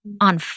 on